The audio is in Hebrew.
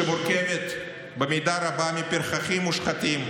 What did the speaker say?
שמורכבת במידה רבה מפרחחים מושחתים,